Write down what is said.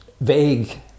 vague